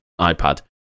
iPad